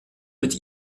mit